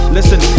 Listen